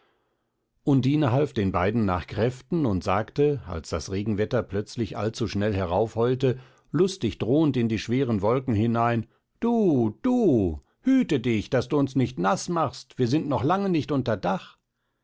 undine half den beiden nach kräften und sagte als das regenwetter plötzlich allzu schnell heraufheulte lustig drohend in die schweren wolken hinein du du hüte dich daß du uns nicht naß machst wir sind noch lange nicht unter dach